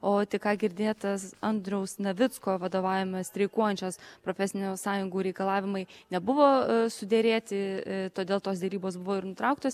o tik ką girdėtas andriaus navicko vadovaujamos streikuojančios profesinių sąjungų reikalavimai nebuvo suderėti todėl tos derybos buvo ir nutrauktos